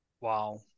Wow